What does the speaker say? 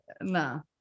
No